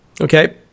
Okay